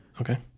okay